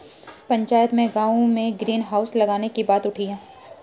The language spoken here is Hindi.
पंचायत में गांव में ग्रीन हाउस लगाने की बात उठी हैं